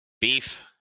beef